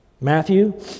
Matthew